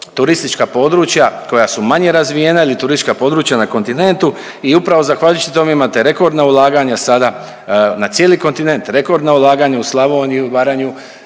turistička područja koja su manje razvijena ili turistička područja na kontinentu i upravo zahvaljujući tome imate rekordna ulaganja sada na cijeli kontinent, rekordna ulaganja u Slavoniju, Baranju